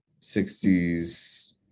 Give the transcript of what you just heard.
60s